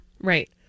Right